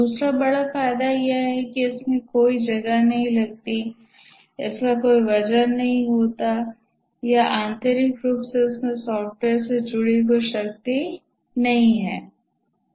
दूसरा बड़ा फायदा यह है कि इसमें कोई जगह नहीं लगती है इसका कोई वजन नहीं होता है या आंतरिक रूप से इसमें सॉफ्टवेयर से जुड़ी कोई शक्ति नहीं है